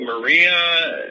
Maria